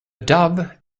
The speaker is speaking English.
dove